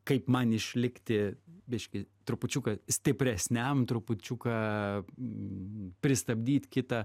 kaip man išlikti biškį trupučiuką stipresniam trupučiuką pristabdyt kitą